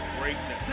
Greatness